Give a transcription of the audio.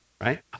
right